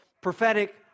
prophetic